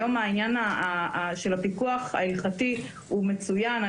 היום, עניין הפיקוח ההלכתי מצוין.